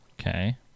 Okay